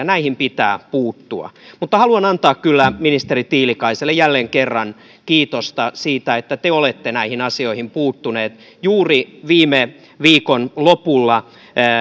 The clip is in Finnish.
näihin pitää puuttua mutta haluan antaa kyllä ministeri tiilikaiselle jälleen kerran kiitosta siitä että te olette näihin asioihin puuttunut juuri viime viikon lopulla